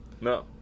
No